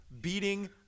beating